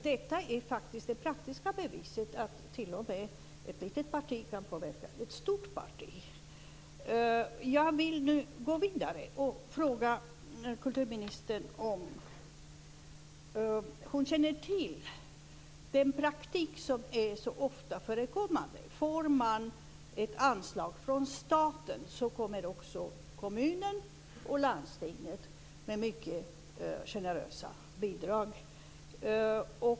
Detta är ett praktiskt bevis på att ett litet parti kan påverka ett stort parti. Får man ett anslag från staten betalar också kommunen och landstinget ut mycket generösa bidrag.